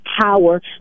power